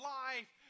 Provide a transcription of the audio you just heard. life